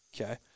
Okay